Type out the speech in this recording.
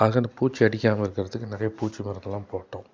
ஆக அந்த பூச்சி அடிக்காமல் இருக்கிறதுக்கு நிறைய பூச்சி மருந்து எல்லாம் போட்டோம்